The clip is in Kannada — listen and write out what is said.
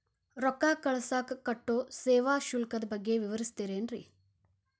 ರೊಕ್ಕ ಕಳಸಾಕ್ ಕಟ್ಟೋ ಸೇವಾ ಶುಲ್ಕದ ಬಗ್ಗೆ ವಿವರಿಸ್ತಿರೇನ್ರಿ?